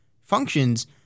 functions